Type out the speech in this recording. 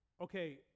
okay